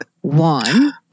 one